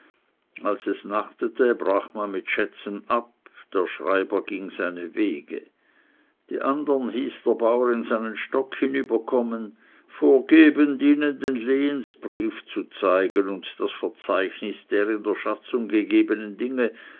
als es nachtete brach man mit schätzen ab der schreiber ging seine wege die andern hieß der bauer in seinen stock hinüberkommen vorgebend ihnen den lehnbrief zu zeigen und das verzeichnis der in schätzung gegebenen dinge